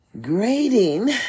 grading